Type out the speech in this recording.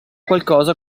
qualcosa